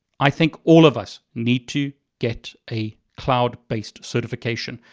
i think all of us need to get a cloud based certification.